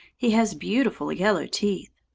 he has beautiful yellow teeth.